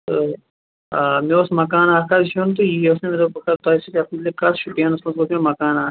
تہٕ مےٚ اوس مکان اکھ حظ ہیوٚن تہٕ یی اوس مےٚ مےٚ دوٚپ بہٕ کَرٕ تۄہہِ سۭتۍ اَتھ مُتعلق کَتھ شُپٮَ۪نس منٛز گوژھ مےٚ مکان اکھ